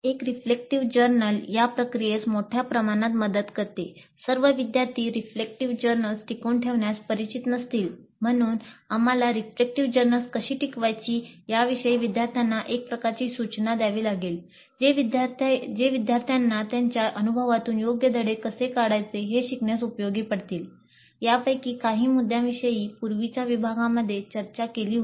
एक reflective journal भिन्न होताना दिसत आहे